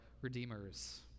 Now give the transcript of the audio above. redeemers